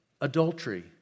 adultery